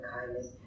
kindness